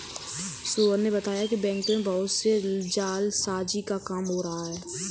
सोहन ने बताया कि बैंक में बहुत से जालसाजी का काम हो रहा है